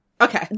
okay